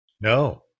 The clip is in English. No